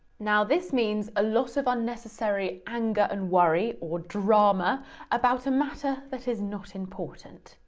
now this means lots of unnecessary anger and worry, or drama about a matter that is not important.